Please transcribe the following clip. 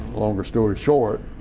longer story short,